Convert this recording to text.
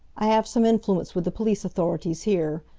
i have some influence with the police authorities here.